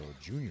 Jr